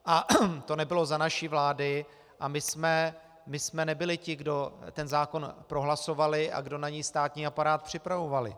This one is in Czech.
A to nebylo za naší vlády a my jsme nebyli ti, kdo ten zákon prohlasovali a kdo na něj státní aparát připravovali.